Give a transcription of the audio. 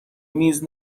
میز